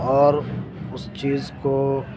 اور اس چیز کو